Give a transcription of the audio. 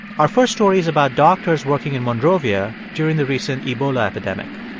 our first story is about doctors working in monrovia during the recent ebola epidemic